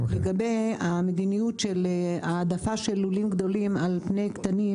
לגבי המדיניות של העדפה של לולים גדולים על פני קטנים.